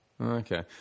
Okay